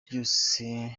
byose